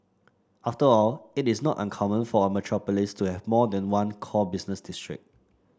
after all it is not uncommon for a metropolis to have more than one core business district